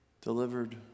delivered